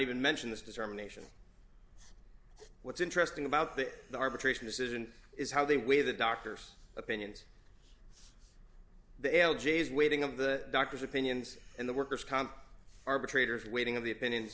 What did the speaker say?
even mention this determination what's interesting about the arbitration decision is how they weigh the doctor's opinions the l g s weighting of the doctor's opinions and the worker's comp arbitrators weighting of the opinion